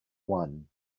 one